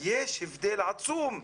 יש הבדל עצום.